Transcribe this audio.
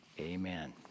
Amen